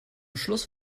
schluss